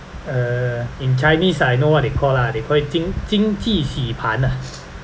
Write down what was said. uh in chinese I know what they call lah they call it 经经济洗盘啊